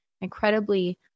incredibly